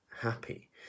happy